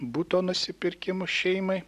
buto nusipirkimu šeimai